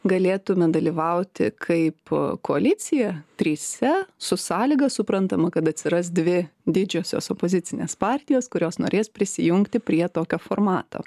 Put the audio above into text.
galėtume dalyvauti kaip koalicija trise su sąlyga suprantama kad atsiras dvi didžiosios opozicinės partijos kurios norės prisijungti prie tokio formato